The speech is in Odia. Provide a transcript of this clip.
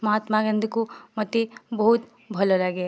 ମହାତ୍ମା ଗାନ୍ଧୀକୁ ମୋତେ ବହୁତ ଭଲ ଲାଗେ